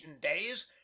days